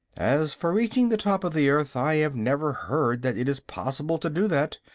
as for reaching the top of the earth, i have never heard that it is possible to do that,